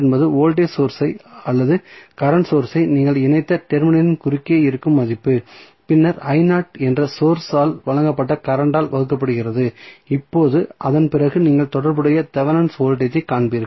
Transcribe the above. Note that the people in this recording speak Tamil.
என்பது வோல்டேஜ் சோர்ஸ் ஐ அல்லது கரண்ட் சோர்ஸ் ஐ நீங்கள் இணைத்த டெர்மினலின் குறுக்கே இருக்கும் மதிப்பு பின்னர் என்ற சோர்ஸ் ஆல் வழங்கப்பட்ட கரண்ட் ஆல் வகுக்கப்படுகிறது இப்போது அதன்பிறகு நீங்கள் தொடர்புடைய தெவெனின் வோல்டேஜ் ஐ காண்பீர்கள்